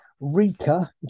Rika